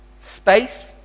space